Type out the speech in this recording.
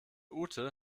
ute